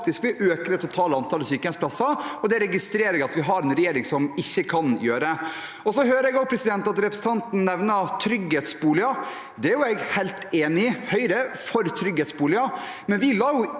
vil øke det totale antallet sykehjemsplasser. Jeg registrerer at vi har en regjering som ikke kan gjøre det. Jeg hører også at representanten Madland nevner trygghetsboliger. Det er jeg helt enig i – Høyre er for trygghetsboliger.